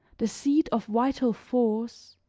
the seat of vital force,